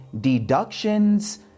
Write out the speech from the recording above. deductions